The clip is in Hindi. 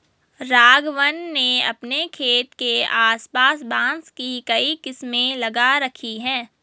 राघवन ने अपने खेत के आस पास बांस की कई किस्में लगा रखी हैं